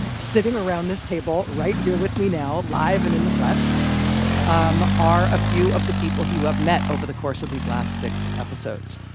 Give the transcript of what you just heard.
sitting around this table right here with me now, live and in the flesh um are a few of the people you have met over the course of these last six episodes.